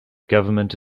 government